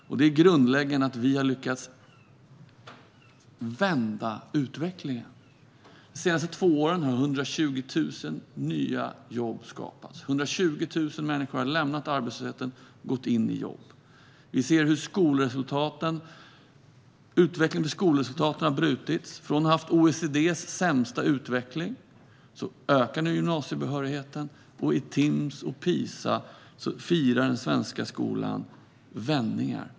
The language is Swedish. Det som också är grundläggande är att vi har lyckats vända utvecklingen. De senaste två åren har 120 000 nya jobb skapats, och 120 000 människor har lämnat arbetslösheten och gått in i jobb. Vi ser hur utvecklingen av skolresultaten har brutits. Från att ha haft OECD:s sämsta utveckling ökar nu gymnasiebehörigheten, och i Timss och PISA firar den svenska skolan vändningar.